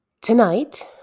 tonight